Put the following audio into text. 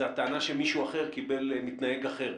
היא הטענה שמישהו אחר מתנהג אחרת,